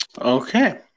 okay